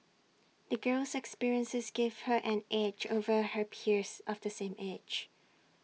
the girl's experiences gave her an edge over her peers of the same age